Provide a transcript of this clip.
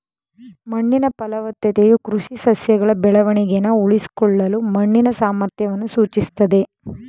ಮಣ್ಣಿನ ಫಲವತ್ತತೆಯು ಕೃಷಿ ಸಸ್ಯಗಳ ಬೆಳವಣಿಗೆನ ಉಳಿಸ್ಕೊಳ್ಳಲು ಮಣ್ಣಿನ ಸಾಮರ್ಥ್ಯವನ್ನು ಸೂಚಿಸ್ತದೆ